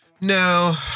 No